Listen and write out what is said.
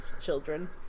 children